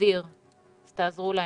אוויר תעזרו להם.